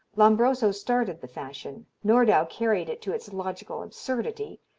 lombroso started the fashion, nordau carried it to its logical absurdity,